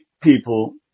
people